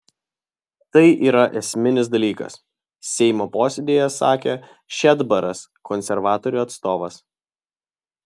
tai yra esminis dalykas seimo posėdyje sakė šedbaras konservatorių atstovas